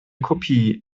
kopie